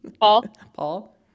Paul